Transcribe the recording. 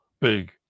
big